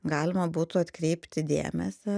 galima būtų atkreipti dėmesį